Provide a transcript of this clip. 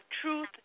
truth